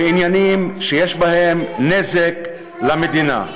בעניינים שיש בהם נזק למדינה.